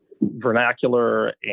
vernacular